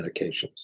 medications